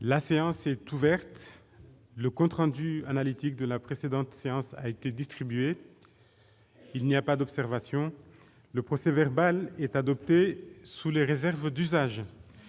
La séance est ouverte. Le compte rendu analytique de la précédente séance a été distribué. Il n'y a pas d'observation ?... Le procès-verbal est adopté sous les réserves d'usage.